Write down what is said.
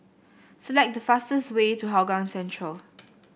select the fastest way to Hougang Central